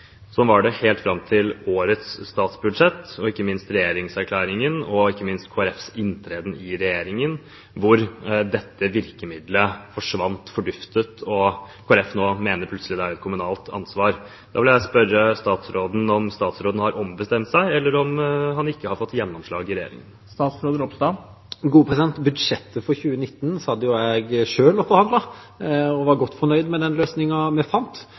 Sånn var det helt fram til årets statsbudsjett, og ikke minst fram til regjeringserklæringen og Kristelig Folkepartis inntreden i regjeringen, hvor dette virkemiddelet forduftet, og Kristelig Folkeparti mener nå plutselig at det er et kommunalt ansvar. Jeg vil spørre statsråden om han har ombestemt seg, eller om han ikke har fått gjennomslag i regjeringen. Budsjettet for 2019 satt jeg selv og forhandlet, og jeg var godt fornøyd med den løsningen vi fant.